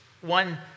one